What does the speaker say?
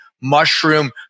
mushroom